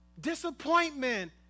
disappointment